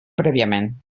prèviament